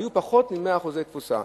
היו פחות מ-100% תפוסה.